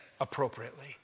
appropriately